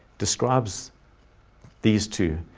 describes these two,